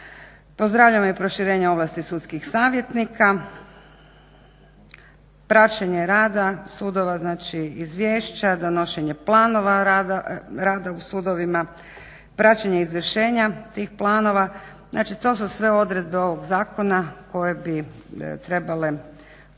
Pozdravlja i proširenje ovlasti sudskih savjetnika, praćenje rada sudova, znači izvješća, donošenje planova rada u sudovima, praćenje izvršenja tih planova. Znači, to su sve odredbe ovog zakona koje bi trebale u